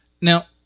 Now